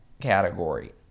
category